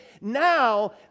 Now